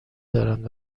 دارند